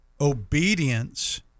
obedience